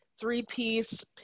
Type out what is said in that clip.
three-piece